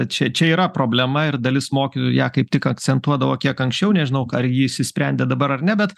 čia čia yra problema ir dalis mokytojų ją kaip tik akcentuodavo kiek anksčiau nežinau ar ji išsisprendė dabar ar ne bet